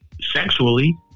sexually